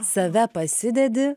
save pasidedi